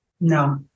No